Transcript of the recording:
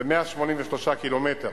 זה 183 קילומטרים